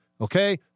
Okay